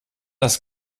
das